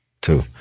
Two